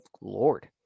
Lord